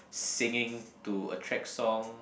singing to a track song